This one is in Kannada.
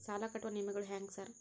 ಸಾಲ ಕಟ್ಟುವ ನಿಯಮಗಳು ಹ್ಯಾಂಗ್ ಸಾರ್?